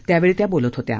त्यावेळी त्या बोलत होत्या